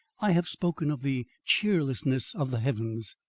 i have spoken of the cheerlessness of the heavens.